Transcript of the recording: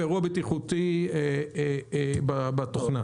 ואירוע בטיחותי בתוכנה.